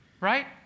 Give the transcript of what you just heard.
right